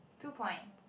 two point